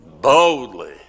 Boldly